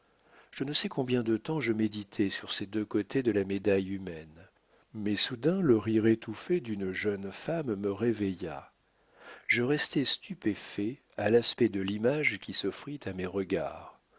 je ne sais combien de temps je méditai sur ces deux côtés de la médaille humaine mais soudain le rire étouffé d'une jeune femme me réveilla je restai stupéfait à l'aspect de l'image qui s'offrit à mes regards